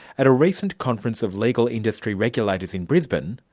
at a recent conference of legal industry regulators in brisbane,